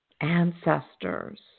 ancestors